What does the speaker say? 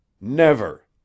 Never